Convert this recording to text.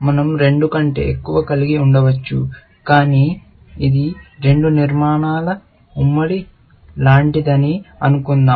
మనం రెండు కంటే ఎక్కువ కలిగి ఉండవచ్చు కానీ ఇది రెండు నిర్మాణాల ఉమ్మడి లాంటిదని అనుకుందాం